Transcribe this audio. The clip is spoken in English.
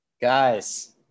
Guys